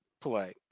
play